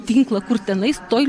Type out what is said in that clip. tinklą kur tenas toj